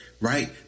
Right